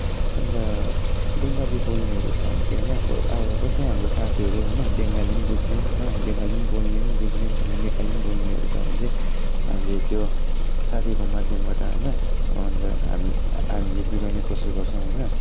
अन्त बङ्गली बोल्नेहरू छ भने चाहिँ होइन कसै हाम्रो साथीहरू होइन बङ्गली पनि बुझ्ने बेङ्गली पनि बोल्ने पनि बुझ्ने पनि अन्त नेपाली पनि बोल्नेहरू छ भने हामीले त्यो साथीको माध्यमबाट होइन अन्त हामीले बुझाउने कोसिस गर्छौँ होइन